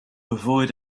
avoid